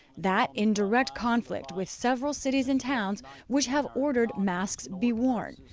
that in direct conflict with several cities and towns which have ordered masks be worn.